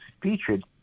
featured